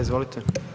Izvolite.